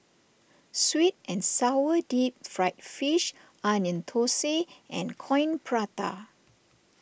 Sweet and Sour Deep Fried Fish Onion Thosai and Coin Prata